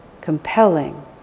compelling